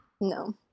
No